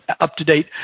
up-to-date